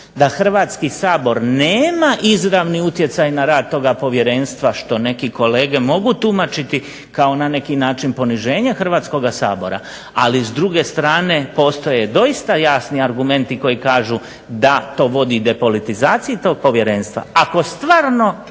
da Hrvatski sabor nema izravni utjecaj na rad toga povjerenstva što neki kolege mogu tumačiti kao na neki način poniženje Hrvatskoga sabora, ali s druge strane postoje doista jasni argumenti koji kažu da to vodi depolitizaciji tog povjerenstva.